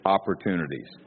opportunities